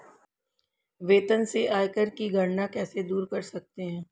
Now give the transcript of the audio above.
वेतन से आयकर की गणना कैसे दूर कर सकते है?